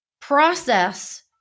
process